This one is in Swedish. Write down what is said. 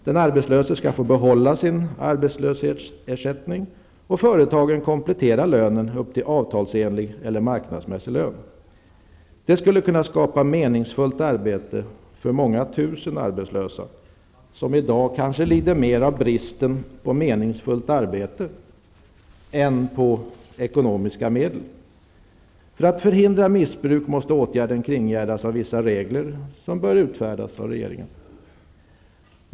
Den arbetslöse skall få behålla sin arbetslöshetsersättning och företaget kompletterar lönen upp till avtalsenlig eller marknadsmässig lön. För att förhindra missbruk måste åtgärden kringgärdas av vissa regler som bör utfärdas av regeringen.